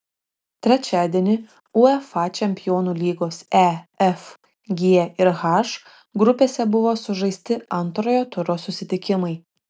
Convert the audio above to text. trečiadienį uefa čempionų lygos e f g ir h grupėse buvo sužaisti antrojo turo susitikimai